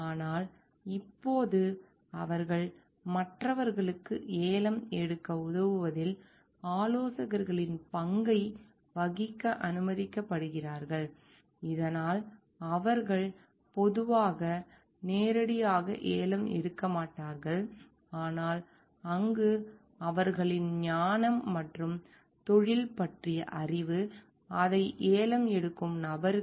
ஆனால் இப்போது அவர்கள் மற்றவர்களுக்கு ஏலம் எடுக்க உதவுவதில் ஆலோசகர்களின் பங்கை வகிக்க அனுமதிக்கப்படுகிறார்கள் இதனால் அவர்கள் பொதுவாக நேரடியாக ஏலம் எடுக்க மாட்டார்கள் ஆனால் அங்கு அவர்களின் ஞானம் மற்றும் தொழில் பற்றிய அறிவு அதை ஏலம் எடுக்கும் நபருக்கு